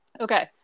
Okay